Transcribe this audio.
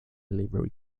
livery